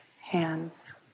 hands